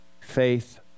faith